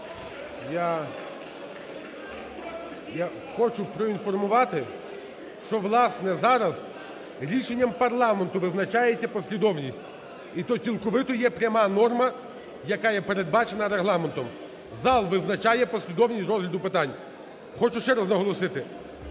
Я хочу проінформувати, що, власне, зараз рішенням парламенту визначається послідовність. І то цілковито є пряма норма, яка є передбачена Регламентом. Зал визначає послідовність розгляду питань. Хочу ще раз наголосити: